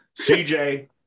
CJ